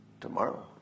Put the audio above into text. tomorrow